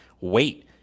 wait